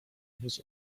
wóz